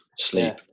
Sleep